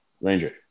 Ranger